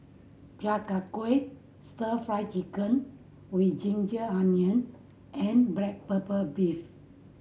Chi Kak Kuih Stir Fry Chicken with ginger onion and black pepper beef